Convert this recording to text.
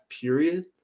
period